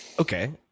Okay